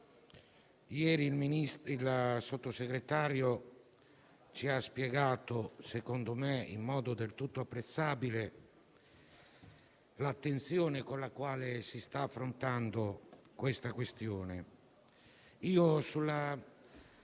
Ieri il sottosegretario Sileri ci ha spiegato, secondo me in modo del tutto apprezzabile, l'attenzione con cui si sta affrontando la questione.